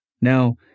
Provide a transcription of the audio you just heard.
Now